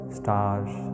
stars